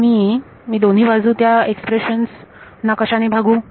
आता मी मी दोन्ही बाजू त्या एक्सप्रेशन्स ना कशाने भागू